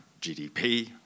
GDP